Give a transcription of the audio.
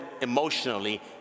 emotionally